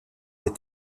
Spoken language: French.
des